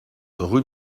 rue